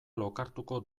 lokartuko